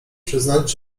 przyznać